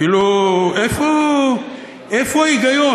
כאילו, איפה ההיגיון?